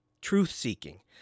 truth-seeking